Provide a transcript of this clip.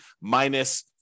minus